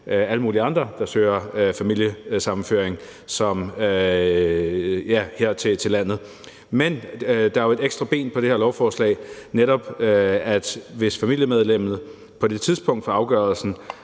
alle mulige andre, der søger familiesammenføring her til landet. Men der er jo et ekstra ben på det her lovforslag, netop at hvis familiemedlemmet på det tidspunkt for afgørelsen